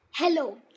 Hello